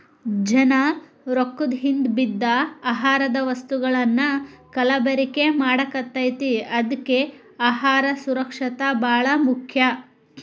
ಜನಾ ರೊಕ್ಕದ ಹಿಂದ ಬಿದ್ದ ಆಹಾರದ ವಸ್ತುಗಳನ್ನಾ ಕಲಬೆರಕೆ ಮಾಡಾಕತೈತಿ ಅದ್ಕೆ ಅಹಾರ ಸುರಕ್ಷಿತ ಬಾಳ ಮುಖ್ಯ